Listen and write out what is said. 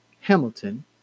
Hamilton